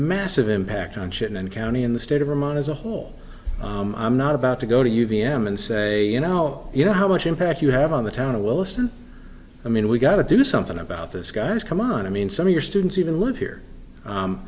massive impact on shit and county in the state of vermont as a whole i'm not about to go to you v m and say you know you know how much impact you have on the town of williston i mean we got to do something about this guys come on i mean some of your students even live here